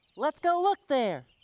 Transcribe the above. let's go look there.